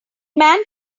man